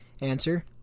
answer